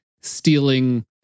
stealing